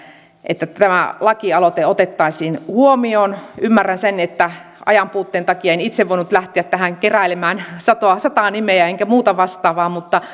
että tämä lakialoite otettaisiin huomioon ymmärrän että ajanpuutteen takia en itse voinut lähteä tähän keräilemään sataa sataa nimeä enkä muuta vastaavaa mutta